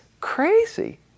crazy